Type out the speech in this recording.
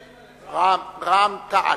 רע"ם-תע"ל.